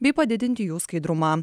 bei padidinti jų skaidrumą